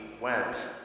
went